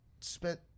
spent